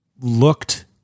looked